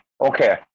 okay